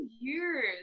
years